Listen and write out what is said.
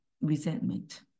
resentment